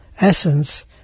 essence